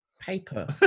Paper